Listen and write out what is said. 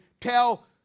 tell